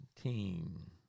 Team